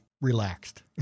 relaxed